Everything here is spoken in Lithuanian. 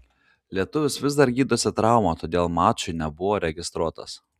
lietuvis vis dar gydosi traumą todėl mačui nebuvo registruotas